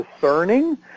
discerning